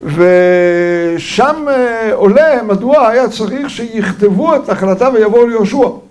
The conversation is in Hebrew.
ושם עולה מדוע היה צריך שיכתבו את ההחלטה ויבואו ליהושוע.